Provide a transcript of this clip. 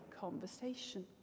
conversation